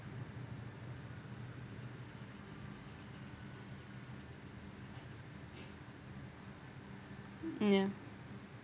mm ya